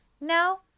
Now